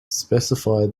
specify